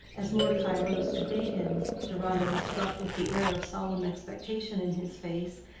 as mordecai rose to greet him, deronda was struck with the air of solemn expectation in his face,